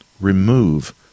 remove